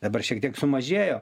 dabar šiek tiek sumažėjo